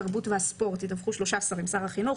התרבות והספורט ידווחו שלושה שרים: שר החינוך,